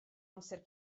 amser